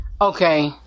Okay